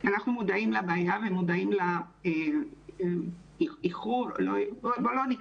אנחנו מודעים לבעיה ומודעים לאיחור למרות שאני לא רוצה